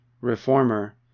reformer